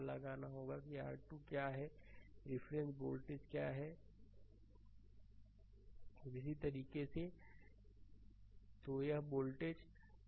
इसलिए यदि यह देखें कि यह रिफरेंस वोल्टेज है तो यह वोल्टेज किसी भी तरह से 0 v 0 0 है और यह अपना v1 है और यह r v2 है इसका मतलब है कि यह वोल्टेज वास्तव में v1 यह वोल्टेज लेगा यह है और यह वोल्टेज यह एक और वोल्टेज है यह v2 है